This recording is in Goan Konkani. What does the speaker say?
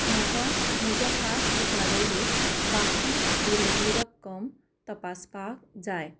म्हाका म्हज्या पासबुका वेली बाकी उरिल्ली रक्कम तपासपाक जाय